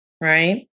right